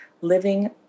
Living